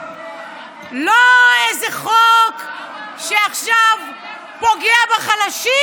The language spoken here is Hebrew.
לא איזה חוק שעכשיו פוגע בחלשים.